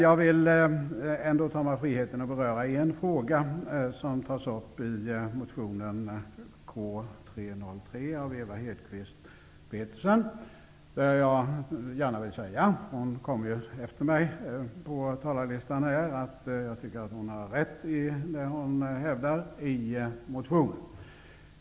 Jag tar mig friheten att beröra en fråga som tas upp i motion K303 av Ewa Hedkvist Petersen, som ju enligt talarlistan kommer upp efter mig. Jag tycker att hon har rätt i det som hon hävdar i motionen.